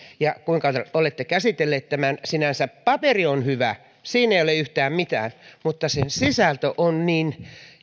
ja kuinka olette käsitelleet tämän sinänsä paperi on hyvä siinä ei ole yhtään mitään mutta sen sisältö on niin